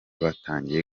batangiye